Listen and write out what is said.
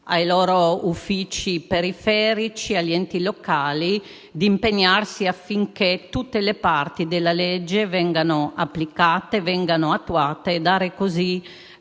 ai loro uffici periferici, agli enti locali di impegnarsi affinché tutte le parti della legge vengano applicate ed attuate e sia così